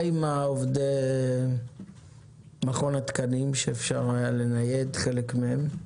מה עם עובדי מכון התקנים שאפשר היה לנייד חלק מהם?